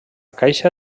caixa